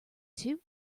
two